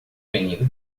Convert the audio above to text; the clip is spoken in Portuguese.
menino